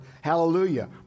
Hallelujah